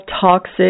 toxic